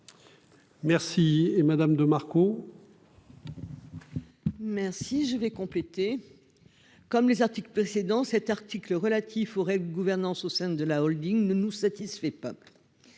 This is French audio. Merci et Madame de Marco. Merci je vais compléter. Comme les articles précédents. Cet article relatif aurait gouvernance au sein de la Holding ne nous satisfait pas.